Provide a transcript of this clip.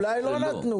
אולי לא נתנו,